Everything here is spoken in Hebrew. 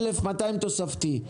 1,200 תוספתי.